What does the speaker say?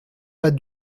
pas